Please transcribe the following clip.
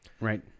right